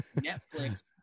Netflix